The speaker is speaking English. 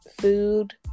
food